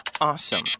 awesome